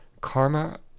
Karma